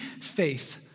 faith